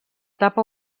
tapa